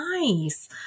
nice